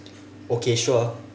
okay sure